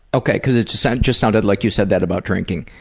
okay. cause it just just sounded like you said that about drinking.